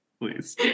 Please